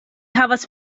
havas